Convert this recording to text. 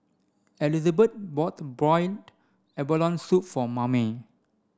Elizabeth bought boiled abalone soup for Mamie